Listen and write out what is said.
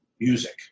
Music